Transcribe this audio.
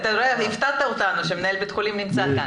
--- הפתעת אותנו שמנהל בית חולים נמצא כאן.